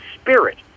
spirit